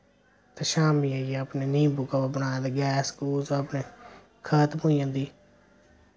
ते शाम्मी आइयै अपने निम्बू कावा बनाया ते गैस गुस अपने खत्म होई जंदी